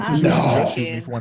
No